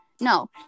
No